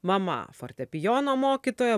mama fortepijono mokytoja